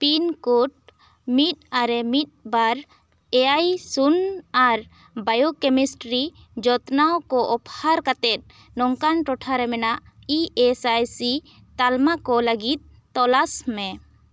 pin code ᱢᱤᱫ ᱟᱨᱮ ᱢᱤᱫ ᱵᱟᱨ ᱮᱭᱟᱭ ᱥᱩᱱ ᱟᱨ ᱵᱟᱭᱳᱠᱮᱢᱤᱥᱴᱨᱤ ᱡᱚᱛᱱᱟᱣ ᱠᱚ ᱚᱯᱷᱟᱨ ᱠᱟᱛᱮᱫ ᱱᱚᱝᱠᱟᱱ ᱴᱚᱴᱷᱟ ᱨᱮ ᱢᱮᱱᱟᱜ ᱤ ᱮᱥ ᱟᱭ ᱥᱤ ᱛᱟᱞᱢᱟ ᱠᱚ ᱞᱟ ᱜᱤᱫ ᱛᱚᱞᱟᱥ ᱢᱮ